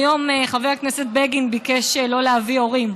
היום חבר הכנסת בגין ביקש שלא להביא הורים,